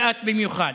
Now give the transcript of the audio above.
ואת במיוחד,